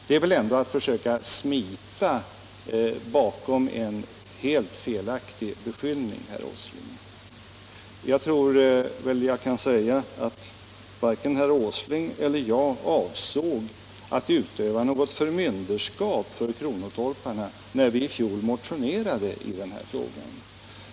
Det är väl ändå att försöka smita bakom en helt felaktig och orättvis beskyllning, herr Åsling! Jag tror jag kan säga att varken herr Åsling eller jag avsåg att utöva något förmynderskap för kronotorparna när vi i fjol motionerade i den här frågan.